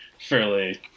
fairly